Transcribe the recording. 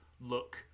look